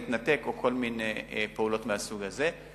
מתנתק או כל מיני פעולות מהסוג הזה.